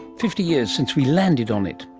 fifty years since we landed on it,